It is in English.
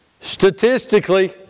Statistically